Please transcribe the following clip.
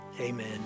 Amen